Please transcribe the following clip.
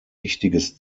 wichtiges